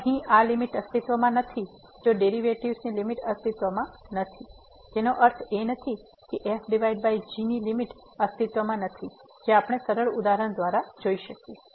તેથી જો અહીં આ લીમીટ અસ્તિત્વમાં નથી જો ડેરિવેટિવ્ઝ ની લીમીટ અસ્તિત્વમાં નથી તેનો અર્થ એ નથી કે f g ની લીમીટ અસ્તિત્વમાં નથી જે આપણે સરળ ઉદાહરણ દ્વારા જોઈ શકીએ